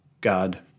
God